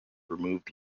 removed